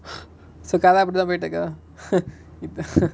so கத அப்டிதா போயிட்டு இருக்கா:katha apditha poyitu iruka இப்ப:ippa